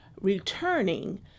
returning